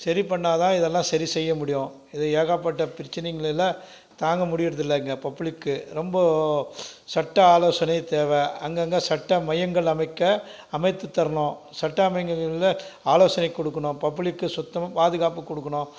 சரி பண்ணால் தான் இதை எல்லாம் சரி செய்ய முடியும் இது ஏகப்பட்ட பிரச்சினைங்களில் தாங்க முடிகிறது இல்லை இங்கே பப்ளிக்கு ரொம்ப சட்ட ஆலோசனை தேவை அங்கே அங்கே சட்ட மையங்கள் அமைக்க அமைத்து தரணும் சட்ட மையங்களில் ஆலோசனைக் கொடுக்கணும் பப்ளிக்கு சுத்தமாக பாதுகாப்பு கொடுக்கணும்